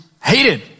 hated